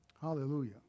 Hallelujah